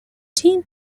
team